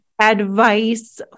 advice